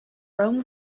roam